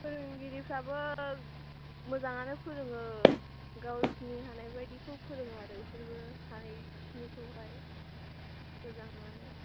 फोरोंगिरिफोराबो मोजाङानो फोरोङो गावसोरनि हानाय बायदिखौ फोरोङो आरो बिसोरबो हानाय खिनिखौहाय मोजाङानो